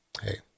Hey